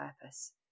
purpose